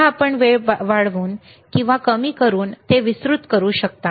पुन्हा आपण वेळ वाढवून किंवा कमी करून ते विस्तृत करू शकता